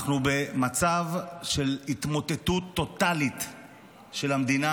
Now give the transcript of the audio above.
אנחנו במצב של התמוטטות טוטלית של המדינה,